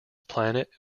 planet